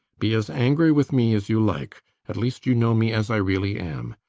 be as angry with me as you like at least you know me as i really am.